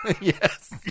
Yes